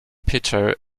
peter